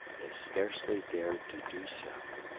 they scarcely dared to do so.